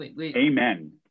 Amen